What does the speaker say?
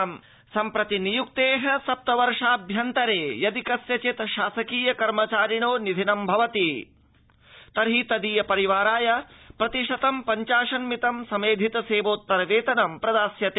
प्रशासनम्सेवोत्तरवेतनम् सम्प्रति नियुक्तेः सप्तवर्षाभ्यन्तरे यदि कस्यचित् शासकीयकर्मचारिणो निधनं भवति तर्हि तदीयपरिवाराय प्रतिशतं पञ्चाशन्मितं समेधित सेवोत्तरवेतनं प्रदास्यते